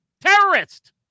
Terrorist